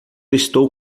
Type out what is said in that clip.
estou